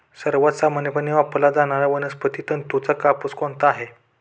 सर्वात सामान्यपणे वापरला जाणारा वनस्पती तंतूचा कापूस कोणता आहे?